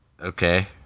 Okay